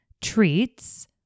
treats